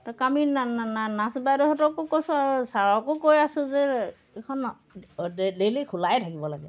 nurse বাইদেউহঁতকো কৈছোঁ আৰু ছাৰকো কৈ আছোঁ যে এইখন ডেইলি খোলাই থাকিব লাগে